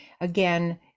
again